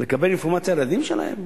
לקבל אינפורמציה על הילדים שלהם?